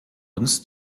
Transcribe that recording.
uns